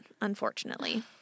unfortunately